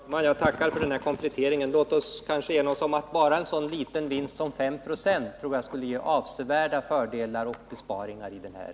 Herr talman! Jag tackar för denna komplettering. Låt oss enas om att även en sådan liten vinst som 5 96 skulle kunna ge avsevärda fördelar och besparingar.